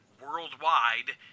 worldwide